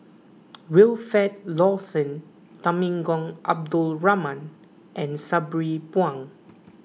Wilfed Lawson Temenggong Abdul Rahman and Sabri Buang